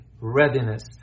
readiness